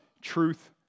truth